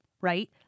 Right